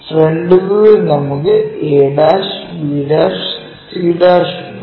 front വ്യൂവിൽ നമുക്ക് ab c ഉണ്ട്